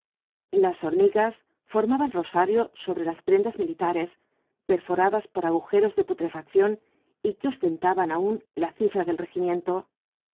las hormigas formaban rosario sobre las prendas militares perforadas por agujeros de putrefacción y que ostentaban aún la cifra del regimiento